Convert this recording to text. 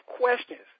questions